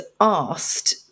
asked